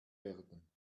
werden